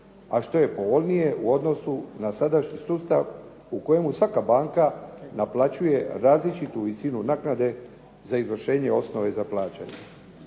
a što je povoljnije u odnosu na sadašnji sustav u kojemu svaka banka naplaćuje različitu visinu naknade za izvršenje osnove za plaćanje.